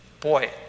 boy